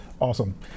Awesome